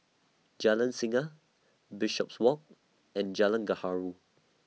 Jalan Singa Bishopswalk and Jalan Gaharu